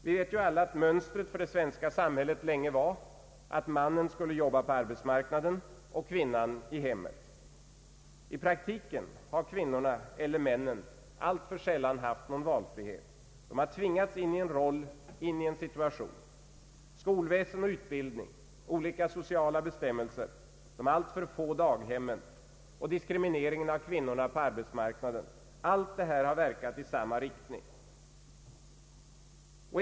Vi vet ju alla att mönstret för det svenska samhället länge var att mannen skulle jobba på arbetsmarknaden och kvinnan i hemmet. I praktiken har kvinnorna eller männen alltför sällan haft någon valfrihet. De har tvingats in i en roll, en situation. Skolväsen och utbildning, olika sociala bestämmelser, de alltför få daghemmen och diskrimineringen av kvinnorna på arbetsmarknaden — allt detta har verkat i samma riktning.